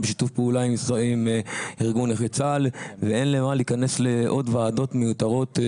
בשיתוף פעולה עם ארגון נכי צה"ל ואין למה להיכנס לעוד ועדות מיותרות.